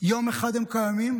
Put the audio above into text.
יום אחד הם קיימים